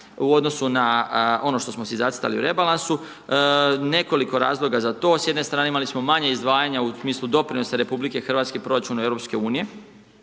u odnosu na ono što smo si zacrtali u rebalansu, nekoliko je razloga za to, s jedne strane imali smo manje izdvajanja u smislu doprinosa RH proračunu Europske unije,